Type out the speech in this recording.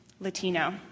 Latino